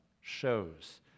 shows